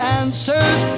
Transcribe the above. answers